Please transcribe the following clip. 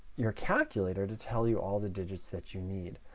your calculator to tell you all the digits that you need.